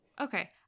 Okay